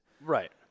Right